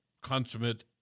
consummate